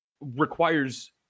requires